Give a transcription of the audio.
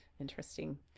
interesting